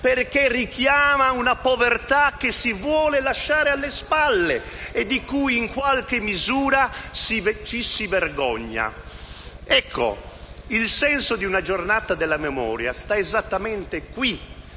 perché richiama una povertà che si vuole lasciare alle spalle e di cui, in qualche misura, ci si vergogna. Ecco, il senso di una giornata della memoria sta esattamente qui: